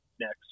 next